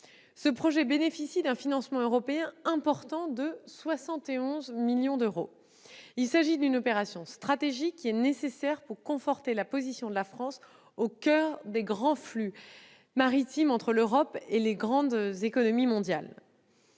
Ce projet bénéficie d'un financement européen important, à hauteur de 71 millions d'euros. Il s'agit d'une opération stratégique, nécessaire pour conforter la position de la France au coeur des grands flux maritimes entre l'Europe et les grandes économies mondiales.